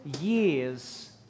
years